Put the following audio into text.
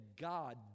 God